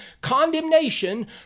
condemnation